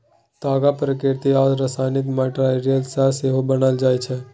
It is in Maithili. ताग प्राकृतिक आ रासायनिक मैटीरियल सँ सेहो बनाएल जाइ छै